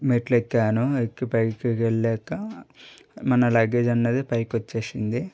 మెట్లెక్కాను ఎక్కి పైకికెళ్ళాక మన లగేజ్ అన్నది పైకొచ్చేసింది